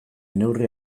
neurri